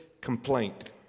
complaint